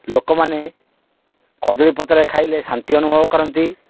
ଲୋକମାନେ କଦଳୀ ପତ୍ରରେ ଖାଇଲେ ଶାନ୍ତି ଅନୁଭବ କରନ୍ତି